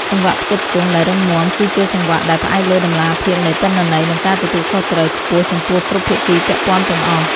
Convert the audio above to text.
សង្វាក់ផ្គត់ផ្គង់ដែលរឹងមាំ គឺជាសង្វាក់ដែលផ្អែកលើតម្លាភាពនៃទិន្នន័យ និងការទទួលខុសត្រូវខ្ពស់ចំពោះគ្រប់ភាគីពាក់ព័ន្ធទាំងអស់។